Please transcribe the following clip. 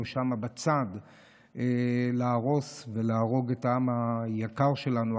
שם בצד להרוס ולהרוג את העם היקר שלנו,